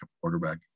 quarterback